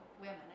women